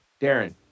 Darren